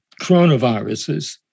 coronaviruses